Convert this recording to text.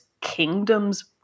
kingdom's